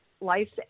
life's